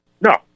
No